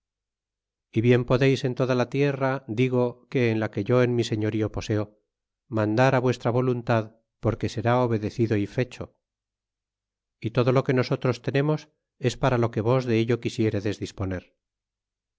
ó bien podeis en toda la tierra digo que en la que yo en mi señorío poseo mandar vuestra voluntad porque será obedecido y fecho y todo lo que nosotros tenemos es para lo que vos de ello quisieredes disponer